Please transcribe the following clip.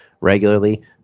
regularly